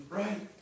right